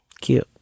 Cute